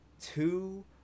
two